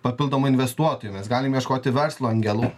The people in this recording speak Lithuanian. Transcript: papildomų investuotojų mes galim ieškoti verslo angelų